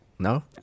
No